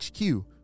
HQ